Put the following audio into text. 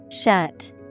Shut